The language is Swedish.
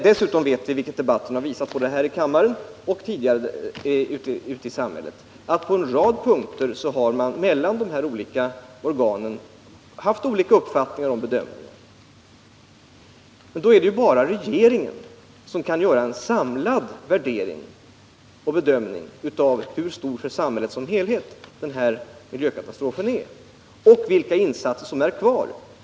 Dessutom vet vi — det har debatten både här i kammaren och den tidigare debatten ute i samhället visat — att de olika organen på en rad punkter haft olika bedömningar och uppfattningar. Då är det ju bara regeringen som kan göra en samlad bedömning av hur stor för samhället som helhet denna miljökatastrof är och vilka insatser som återstår att göra.